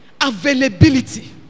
availability